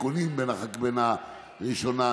תיקונים אחרי הראשונה,